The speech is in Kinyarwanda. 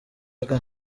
angana